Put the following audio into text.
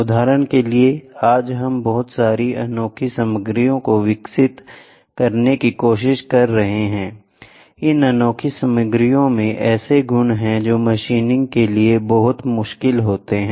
उदाहरण के लिए आज हम बहुत सारी अनोखी सामग्रियों को विकसित करने की कोशिश कर रहे हैं इन अनोखी सामग्रियों में ऐसे गुण हैं जो मशीनिंग के लिए बहुत मुश्किल हैं